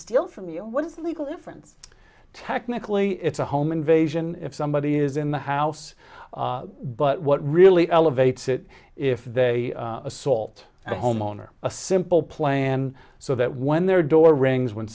steal from you what is the legal difference technically it's a home invasion if somebody is in the house but what really elevates it if they assault a homeowner a simple plan so that when their door rings when